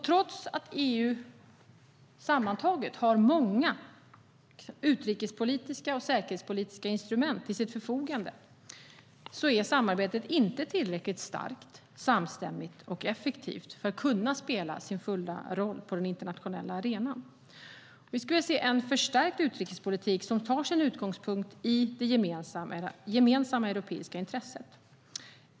Trots att EU sammantaget har många utrikespolitiska och säkerhetspolitiska instrument till sitt förfogande är samarbetet inte tillräckligt starkt, samstämmigt och effektivt för att kunna spela sin fulla roll på den internationella arenan. Vi vill se en förstärkt utrikespolitik som tar sin utgångspunkt i det gemensamma europeiska intresset.